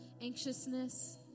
anxiousness